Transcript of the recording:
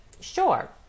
Sure